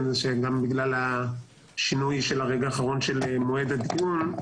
זה גם בגלל השינוי של הרגע האחרון במועד הדיון,